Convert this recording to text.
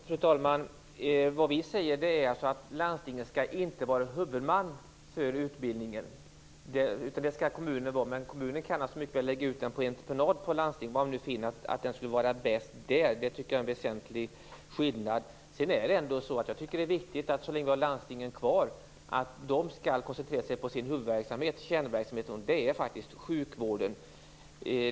Fru talman! Vad vi säger är att landstingen inte skall vara huvudman för utbildningen, utan det skall kommunen vara. Men kommunen kan mycket väl lägga ut utbildningen på entreprenad på landstingen om man tycker att det skulle vara bäst. Detta tycker jag är en väsentlig skillnad. Jag tycker att det är viktigt att landstingen, så länge som vi har dem kvar, koncentrerar sig på sin huvudverksamhet, sin kärnverksamhet, och det är faktiskt sjukvården.